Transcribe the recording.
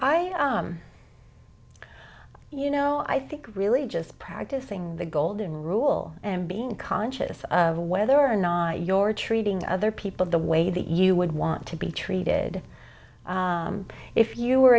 i you know i think really just practicing the golden rule and being conscious of whether or not your treating other people the way that you would want to be treated if you